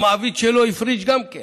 המעביד שלו הפריש גם כן.